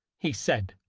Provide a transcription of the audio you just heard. he said,